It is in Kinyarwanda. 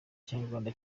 ikinyarwanda